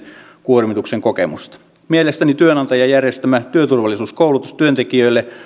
kuormituksen kokemusta mielestäni työnantajan järjestämä työturvallisuuskoulutus työntekijöille